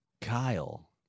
Kyle